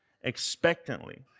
expectantly